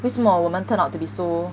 为什么我们 turn out to be so